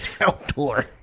Outdoor